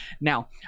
Now